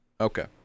Okay